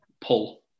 pull